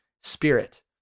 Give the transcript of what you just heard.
spirit